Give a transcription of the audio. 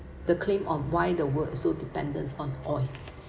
the claim on why the world is so dependent on oil